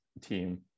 team